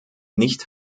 nicht